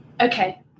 Okay